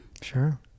Sure